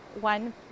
one